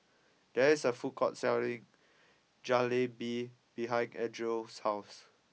there is a food court selling Jalebi behind Edrie's house